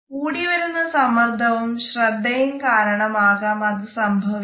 കൂടി വരുന്ന സമ്മർദവും ശ്രദ്ധയും കാരണം ആകാം അത് സംഭവിക്കുന്നത്